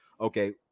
okay